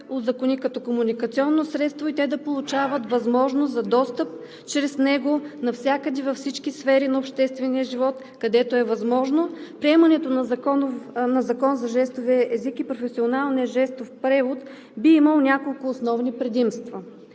се узакони като комуникационно средство и чрез него те да получават възможност за достъп във всички сфери на обществения живот, където е възможно. Приемането на Закона за жестовия език и професионалния жестов превод би имал няколко основни предимства: